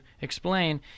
explain